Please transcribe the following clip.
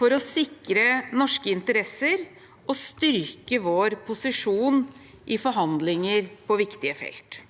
for å sikre norske interesser og styrke vår posisjon i forhandlinger på viktige felt.